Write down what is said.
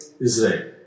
Israel